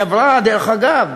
חברה, דרך אגב,